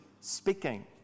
speaking